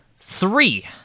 three